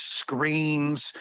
screens